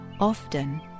Often